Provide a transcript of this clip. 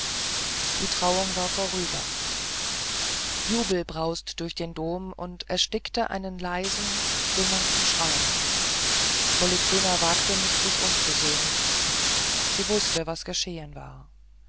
die trauung war vorüber jubel brauste durch den dom und erstickte einen leisen wimmernden schrei polyxena wagt nicht sich umzusehen sie wußte was geschehen war